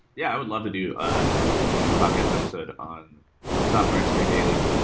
yeah, i would love to do do a podcast episode on on software engineering daily.